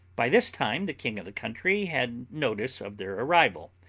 by this time the king of the country had notice of their arrival,